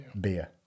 beer